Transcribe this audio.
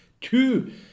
two